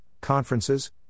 conferences